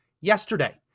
yesterday